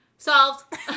Solved